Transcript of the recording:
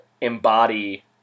embody